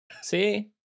See